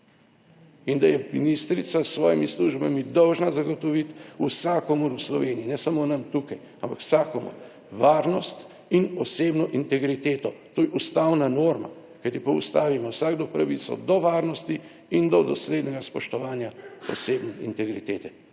in da je ministrica s svojimi službami dolžna zagotoviti vsakomur v Sloveniji ne samo nam tukaj, ampak vsakomur varnost in osebno integriteto. To je ustavna norma. Kajti, po Ustavi ima vsakdo pravico do varnosti in do doslednega spoštovanja osebne integritete.